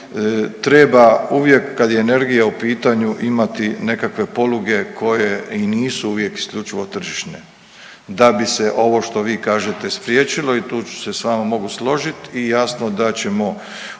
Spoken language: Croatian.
treba uvijek kad je energija u pitanju imati nekakve poluge koje i nisu uvijek isključivo tržišne da bi se ovo što vi kažete spriječilo. I tu se s vama mogu složit i jasno da ćemo u